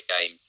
game